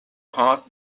heart